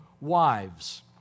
wives